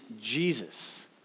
Jesus